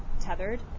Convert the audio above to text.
tethered